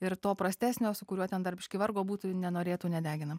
ir to prastesnio su kuriuo ten dar biškį vargo būtų nenorėtų nedegina